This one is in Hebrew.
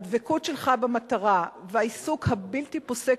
הדבקות שלך במטרה והעיסוק הבלתי-פוסק